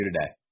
today